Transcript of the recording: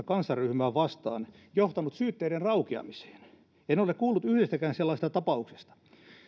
kansanryhmää vastaan johtanut syytteiden raukeamiseen en ole kuullut yhdestäkään sellaisesta tapauksesta